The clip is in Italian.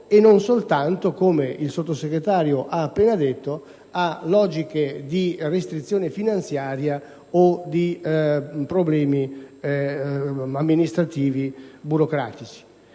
e non soltanto, come il Sottosegretario ha appena detto, a logiche di restrizione finanziaria o a problemi amministrativi e burocratici.